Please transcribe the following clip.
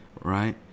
right